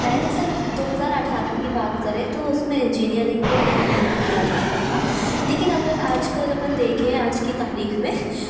पहले सन् दो हज़ार अठारह की बात करें तो उसमें इंजीनियरिंग को बहुत महत्व दिया जाता था लेकिन अगर आजकल अपन देखें आज की तारीख में